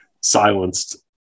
silenced